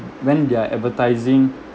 when they're advertising